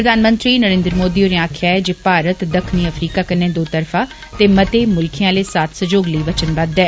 प्रधानमंत्री नरेन्द्र मोदी होरें आक्खेआ ऐ जे भारत दक्खनी अफ्रीका कन्नै दो तरफा ते मते मुल्खें आले साथ सहयोग लेई वचनबद्द ऐ